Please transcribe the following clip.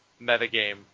metagame